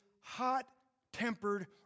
hot-tempered